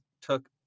took